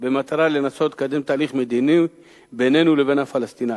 במטרה לנסות לקדם תהליך מדיני בינינו לבין הפלסטינים,